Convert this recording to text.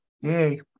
Yay